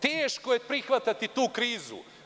Teško je prihvatati tu krizu.